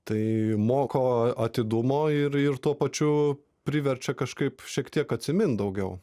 tai moko a atidumo ir ir tuo pačiu priverčia kažkaip šiek tiek atsimint daugiau